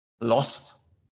lost